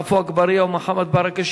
עפו אגבאריה ומוחמד ברכה,